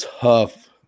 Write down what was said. tough